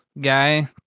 guy